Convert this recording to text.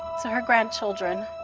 to her grandchildren,